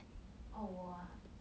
orh 我 ah